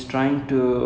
oh okay